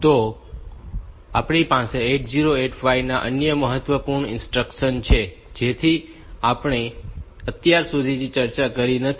તો આપણી પાસે 8085 માં અન્ય મહત્વપૂર્ણ ઇન્સ્ટ્રક્શન્સ છે જેની આપણે અત્યાર સુધી ચર્ચા કરી નથી